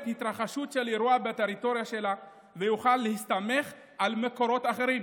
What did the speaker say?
התרחשות של אירוע בטריטוריה שלה ויוכל להסתמך על מקורות אחרים.